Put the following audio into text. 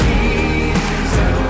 Jesus